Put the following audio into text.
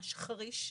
ממש חריש,